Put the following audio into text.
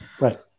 Right